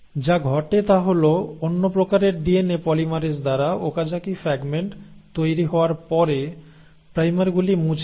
যা ঘটে তা হল অন্য প্রকারের ডিএনএ পলিমারেজ দ্বারা ওকাজাকি ফ্রাগমেন্ট তৈরি হওয়ার পরে প্রাইমরগুলি মুছে যায়